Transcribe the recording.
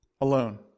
alone